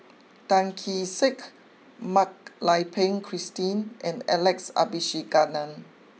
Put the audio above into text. Tan Kee Sek Mak Lai Peng Christine and Alex Abisheganaden